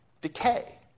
decay